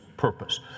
purpose